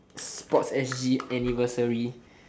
sports s_g anniversary